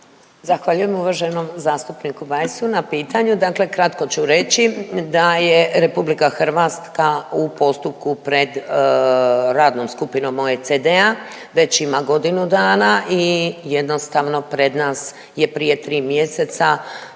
Zahvaljujem uvaženom zastupniku Bajsu na pitanju, dakle kratko ću reći da je RH u postupku pred radnom skupinom OECD-a već ima godinu dana i jednostavno pred nas je prije 3 mjeseca